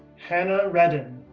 hannah redden,